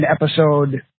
episode